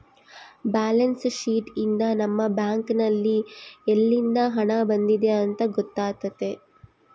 balance sheet ಯಿಂದ ನಮ್ಮ bank ನಲ್ಲಿ ಯಲ್ಲಿಂದ ಹಣ ಬಂದಿದೆ ಅಂತ ಗೊತ್ತಾತತೆ